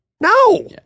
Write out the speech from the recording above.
No